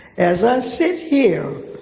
as i sit here,